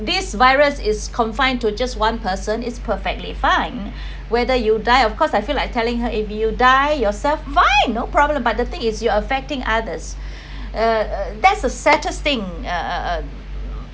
this virus is confined to just one person is perfectly fine whether you die of course I feel like telling her if you die yourself fine no problem but the thing is you're affecting others uh that's the saddest thing uh uh